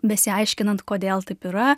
besiaiškinant kodėl taip yra